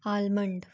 almond